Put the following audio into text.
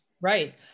Right